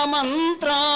Mantra